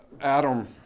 Adam